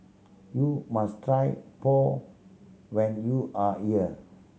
you must try pour when you are here